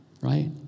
right